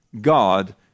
God